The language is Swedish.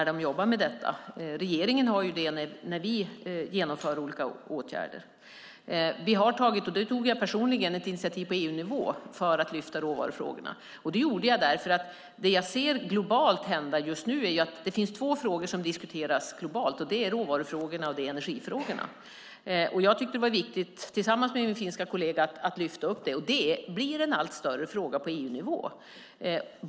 Regeringen har ett nära samarbete när vi vidtar olika åtgärder. Jag har personligen tagit ett initiativ på EU-nivå för att lyfta upp råvarufrågorna. Det finns två frågor som diskuteras globalt, nämligen råvarufrågorna och energifrågorna. Jag har, tillsammans med min finska kollega, tyckt att det är viktigt att lyfta upp denna fråga. Det blir en allt större fråga på EU-nivå.